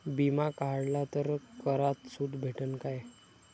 बिमा काढला तर करात सूट भेटन काय?